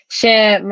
share